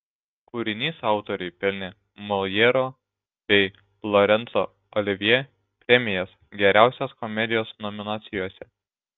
kūrinys autoriui pelnė moljero bei lorenco olivjė premijas geriausios komedijos nominacijose